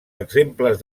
exemples